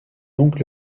donc